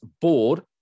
board